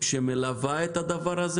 שמלווה את זה,